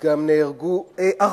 פחות ופחות במשך השנים.